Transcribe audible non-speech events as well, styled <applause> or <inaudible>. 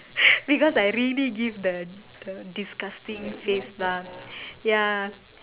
<laughs> because I really give the disgusting face lah ya